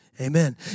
Amen